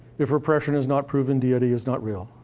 if repression is not proven, did is not real.